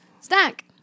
Snack